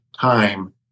time